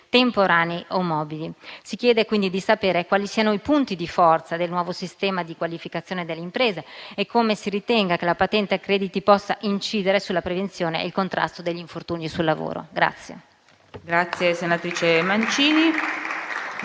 temporanei o mobili. Si chiede quindi di sapere quali siano i punti di forza del nuovo sistema di qualificazione delle imprese e come si ritenga che la patente a crediti possa incidere sulla prevenzione e il contrasto degli infortuni sul lavoro.